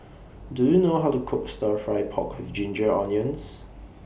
Do YOU know How to Cook Stir Fry Pork with Ginger Onions